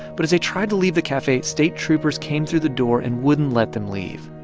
but as they tried to leave the cafe, state troopers came through the door and wouldn't let them leave.